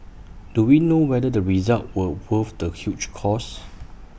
do we know whether the results were worth the huge cost